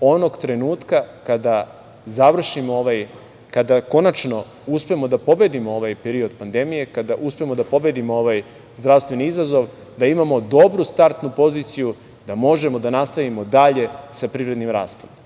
onog trenutka kada završimo ovaj, kada konačno uspemo da pobedimo ovaj period pandemije, kada uspemo da pobedimo ovaj zdravstveni izazov, da imamo dobru startnu poziciju da možemo da nastavimo dalje sa privrednim rastom. Naravno